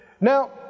Now